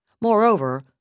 Moreover